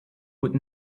would